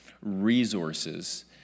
resources